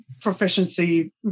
proficiency